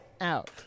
Out